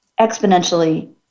exponentially